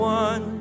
one